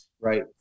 Right